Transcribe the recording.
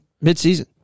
mid-season